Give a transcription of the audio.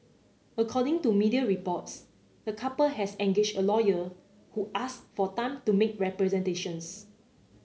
according to media reports the couple has engaged a lawyer who ask for time to make representations